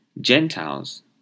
Gentiles